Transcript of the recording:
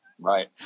Right